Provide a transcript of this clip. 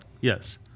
Yes